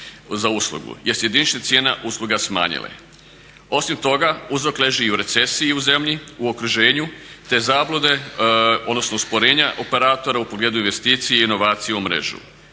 se ne razumije./… cijene usluga smanjile. Osim toga uzrok leži i u recesiji u zemlji, u okruženju te zablude odnosno usporenja operatora u pogledu investicije i inovacije u mrežu.